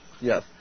Yes